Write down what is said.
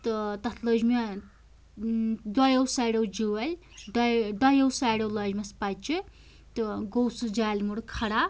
تہٕ تَتھ لٲجۍ مےٚ دۄیو سایڈو جٲلۍ دۄیو سایڈو لاجمیٚس پَچہِ تہٕ گوٚو سُہ جالہِ موٚر کھڑا